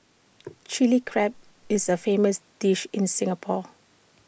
Chilli Crab is A famous dish in Singapore